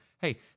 hey